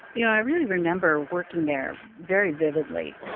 you know, i really remember working there very vividly.